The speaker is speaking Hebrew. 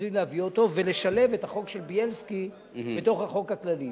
רציתי להביא אותו ולשלב את החוק של בילסקי בתוך החוק הכללי.